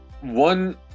one